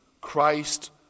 Christ